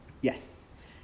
Yes